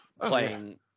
playing